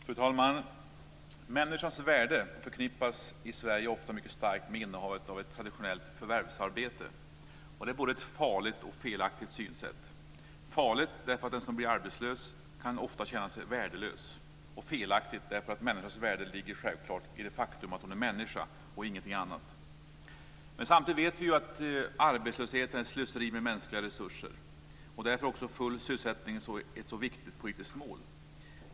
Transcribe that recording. Fru talman! Människans värde förknippas i Sverige ofta mycket starkt med innehavet av ett traditionellt förvärvsarbete. Det är ett både farligt och felaktigt synsätt. Det är farligt därför att den som blir arbetslös ofta känner sig värdelös och felaktigt därför att människans värde självklart ligger i det faktum att hon är människa och ingenting annat. Men samtidigt vet vi att arbetslöshet är slöseri med mänskliga resurser. Därför är också full sysselsättning ett så viktigt politiskt mål.